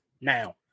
now